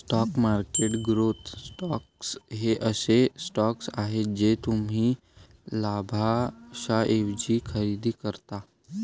stock market growth stocks हे असे stocks आहेत जे तुम्ही लाभांशाऐवजी खरेदी करता